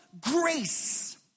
grace